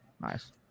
Nice